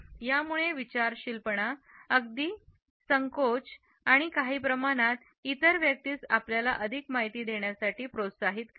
यामुळे विचारशीलपणा अगदी संकोच आणि काही प्रमाणात इतर व्यक्तीस आपल्यालाअधिक माहिती देण्यासाठी प्रोत्साहित करते